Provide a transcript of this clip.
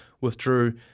withdrew